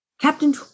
Captain